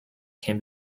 can